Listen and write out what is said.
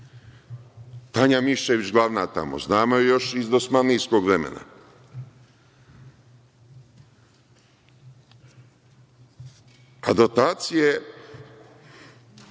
Tanja Mišević glavna tamo. Znamo je još iz dosmanlijskog vremena. Dotacije